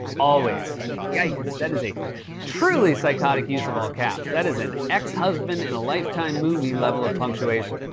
always! yikes, that is a truly psychotic use of all-caps. that is an ex-husband in a lifetime movie level of punctuation.